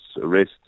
arrest